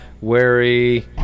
Wary